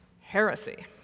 heresy